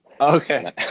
Okay